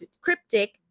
cryptic